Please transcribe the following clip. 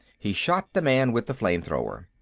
he shot the man with the flame-thrower.